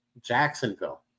Jacksonville